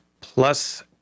Plus